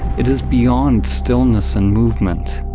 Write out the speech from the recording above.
it is beyond stillness and movement.